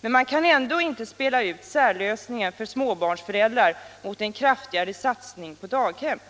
Men man kan ändå inte spela ut särlösningen för småbarnsföräldrar mot en kraftigare satsning på daghem —